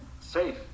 safe